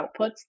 outputs